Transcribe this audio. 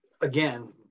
again